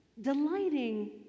delighting